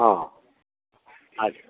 ହଁ ଆଚ୍ଛା